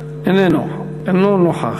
איננו נוכח.